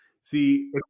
See